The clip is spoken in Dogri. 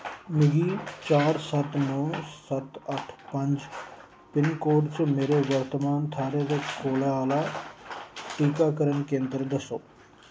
मिगी चार सत्त नौ सत्त अट्ठ पंज पिनकोड च मेरे वर्तमान थाह्रै दे कोला आह्ला टीकाकरण केंद्र दस्सो